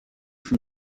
from